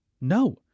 No